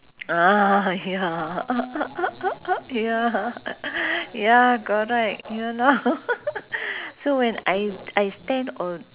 ah ya ya ya correct ya lor so when I I stand on